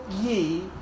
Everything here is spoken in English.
ye